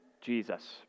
Jesus